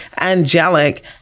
angelic